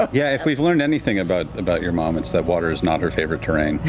ah yeah. if we've learned anything about about your mom, it's that water is not her favorite terrain.